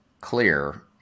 clear